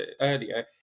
earlier